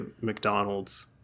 McDonald's